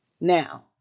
Now